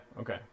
okay